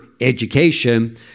education